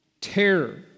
terror